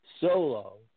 solo